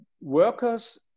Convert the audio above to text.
workers